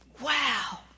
Wow